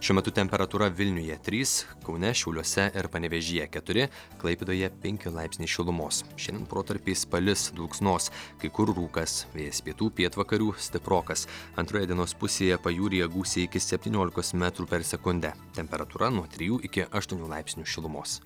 šiuo metu temperatūra vilniuje trys kaune šiauliuose ir panevėžyje keturi klaipėdoje penki laipsniai šilumos šiandien protarpiais palis dulksnos kai kur rūkas vėjas pietų pietvakarių stiprokas antroje dienos pusėje pajūryje gūsiai iki septyniolikos metrų per sekundę temperatūra nuo trijų iki aštuonių laipsnių šilumos